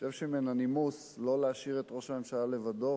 אני חושב שמן הנימוס לא להשאיר את ראש הממשלה לבדו,